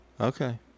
Okay